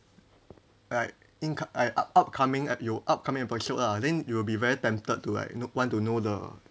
like inco~ like up upcoming ep~ 有 upcoming episodes ah then you will be very tempted to like want to know the